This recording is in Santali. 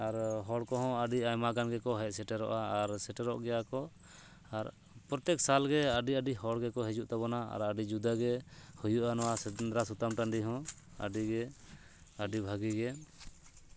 ᱟᱨᱚ ᱦᱚᱲ ᱠᱚᱦᱚᱸ ᱟᱹᱰᱤ ᱟᱭᱢᱟᱜᱟᱱ ᱜᱮᱠᱚ ᱦᱮᱡ ᱥᱮᱴᱮᱨᱚᱜᱼᱟ ᱟᱨ ᱥᱮᱴᱮᱨᱚᱜ ᱜᱮᱭᱟ ᱠᱚ ᱟᱨ ᱯᱨᱚᱛᱮᱠ ᱥᱟᱞᱜᱮ ᱟᱹᱰᱤ ᱟᱹᱰᱤ ᱦᱚᱲ ᱜᱮᱠᱚ ᱦᱤᱡᱩᱜ ᱛᱟᱵᱚᱱᱟ ᱟᱨ ᱟᱹᱰᱤ ᱡᱩᱫᱟᱹᱜᱮ ᱦᱩᱭᱩᱜᱼᱟ ᱱᱚᱣᱟ ᱥᱮᱸᱫᱽᱨᱟ ᱥᱩᱛᱟᱱ ᱴᱟᱸᱰᱤ ᱦᱚᱸ ᱟᱹᱰᱤ ᱜᱮ ᱟᱹᱰᱤ ᱵᱷᱟᱜᱤ ᱜᱮ